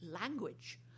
language